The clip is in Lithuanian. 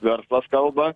verslas kalba